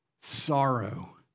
sorrow